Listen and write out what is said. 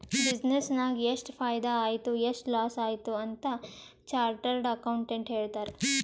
business ನಾಗ್ ಎಷ್ಟ ಫೈದಾ ಆಯ್ತು ಎಷ್ಟ ಲಾಸ್ ಆಯ್ತು ಅಂತ್ ಚಾರ್ಟರ್ಡ್ ಅಕೌಂಟೆಂಟ್ ಹೇಳ್ತಾರ್